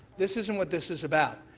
this isn't what this is about.